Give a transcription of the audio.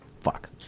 fuck